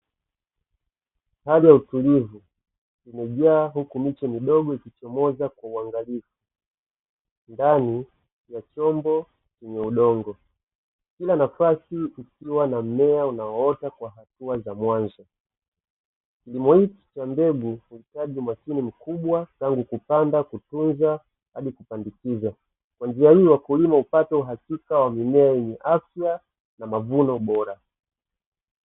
Hali ya utulivu imejaa, huku miche midogo imechomoza kwa uangalifu ndani ya chombo chenye udogo, kila nafasi ukiwa na mmea unaoota kwa hatua za mwanzo, kilimo hiki cha mbegu unahitaji umakini mkubwa tangu kupanda kutunza hadi kupandikizwa kwa njia hiyo wakulima hupata uhakika wa mimea yenye afya na mavuno bora.